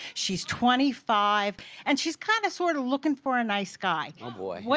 she's twenty five and she's kinda, sorta looking for a nice guy. oh boy,